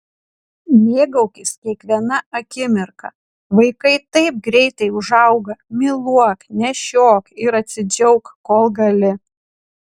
mėgaukis kiekviena akimirka vaikai taip greitai užauga myluok nešiok ir atsidžiauk kol gali